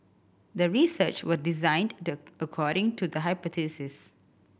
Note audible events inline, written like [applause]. the research was designed [unintelligible] according to the hypothesis